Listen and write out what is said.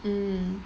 mm